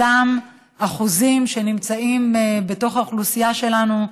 אותם אחוזים שנמצאים בתוך האוכלוסייה שלנו,